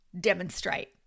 demonstrate